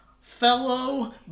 fellow